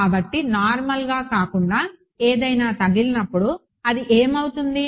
కాబట్టి నార్మల్గా కాకుండా ఏదైనా తగిలినప్పుడు అది ఏమి అవుతుంది